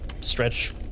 stretch